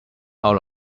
out